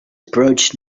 approach